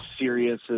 serious